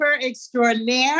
extraordinaire